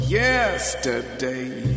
yesterday